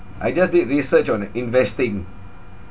I just did research on investing